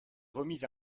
remise